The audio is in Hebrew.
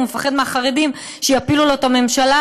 הוא מפחד מהחרדים שיפילו לו את הממשלה,